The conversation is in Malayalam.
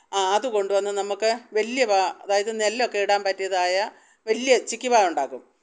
അത്കൊണ്ടു വന്ന് നമ്മൾക്ക് വലിയ വാ അതായത് നെല്ലൊക്കെ ഇടാന് പറ്റിയതായ വലിയ ചിക്കിവാ ഉണ്ടാക്കും